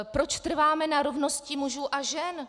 Proč trváme na rovnosti mužů a žen?